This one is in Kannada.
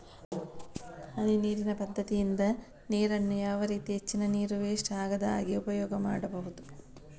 ಹನಿ ನೀರಿನ ಪದ್ಧತಿಯಿಂದ ನೀರಿನ್ನು ಯಾವ ರೀತಿ ಹೆಚ್ಚಿನ ನೀರು ವೆಸ್ಟ್ ಆಗದಾಗೆ ಉಪಯೋಗ ಮಾಡ್ಬಹುದು?